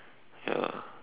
ya